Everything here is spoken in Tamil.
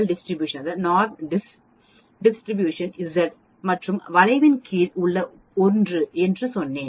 NORMSDIST Z மற்றும் வளைவின் கீழ் உள்ள பகுதி 1 என்று சொன்னேன்